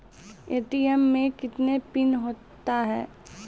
ATM मे कितने pin होता हैं?